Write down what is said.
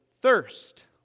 thirst